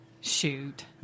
Shoot